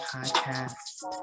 Podcast